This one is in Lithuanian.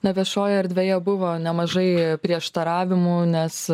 na viešojoj erdvėje buvo nemažai prieštaravimų nes